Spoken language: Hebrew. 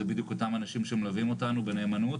זה בדיוק אותם אנשים שמלווים אותנו בנאמנות